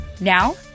Now